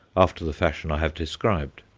after the fashion i have described.